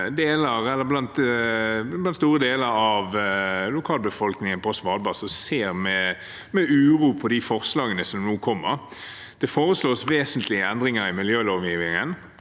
blant store deler av lokalbefolkningen på Svalbard, som ser med uro på de forslagene som nå kommer. Det foreslås vesentlige endringer i miljølovgivningen